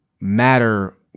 Matter